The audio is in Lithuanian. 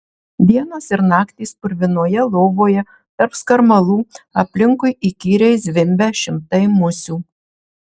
dienos ir naktys purvinoje lovoje tarp skarmalų aplinkui įkyriai zvimbia šimtai musių